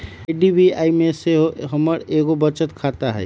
IDBI में सेहो हमर एगो बचत खता हइ